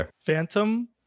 Phantom